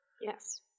Yes